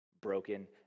broken